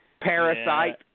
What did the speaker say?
Parasite